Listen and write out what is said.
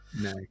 No